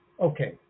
Okay